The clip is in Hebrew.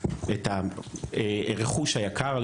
הנכס או הרכוש היקר,